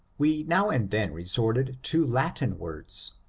we now and then resorted to latin words.